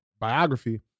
biography